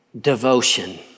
devotion